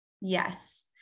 Yes